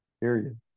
period